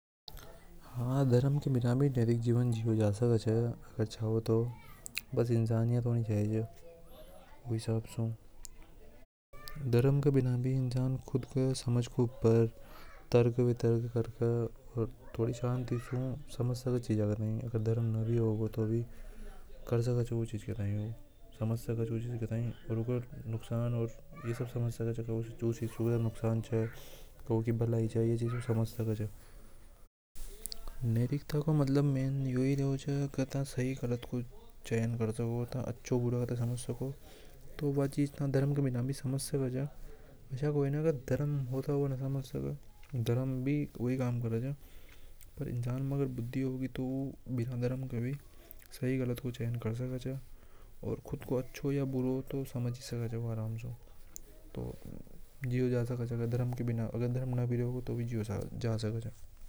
हा धर्म के बिना भी इन्सानी जीवन जियो जा सके च बस इंसानियत होनी चाहिए उ हिसाब सु धर्म के बिना भी इंसान सोच समझकर उ काम ए कर सके अगर धरम न रेव गो तो भी उस काम को कर सकते हे समझ। सके च उ थाई जो समाज सके च की जो नुकसान च यूकी भलाई च वे समझ सके नैतिकता को मतलब तो ही रेवे च था आज गलत हो।